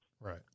Right